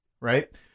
Right